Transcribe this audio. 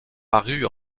paru